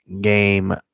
game